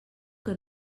que